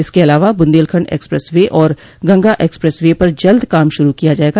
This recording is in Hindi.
इसके अलावा बुन्देलखंड एक्सप्रेस वे और गंगा एक्सप्रेस वे पर जल्द काम शुरू किया जायेगा